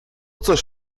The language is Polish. coś